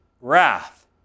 wrath